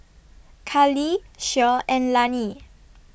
Kali Shea and Lani